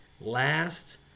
last